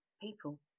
people